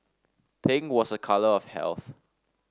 pink was a colour of health